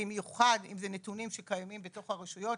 במיוחד אם אלה נתונים שקיימים בתוך הרשויות.